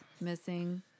missing